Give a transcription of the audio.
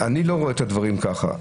אני לא רואה את הדברים ככה.